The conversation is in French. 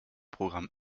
programme